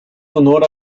honor